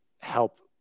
help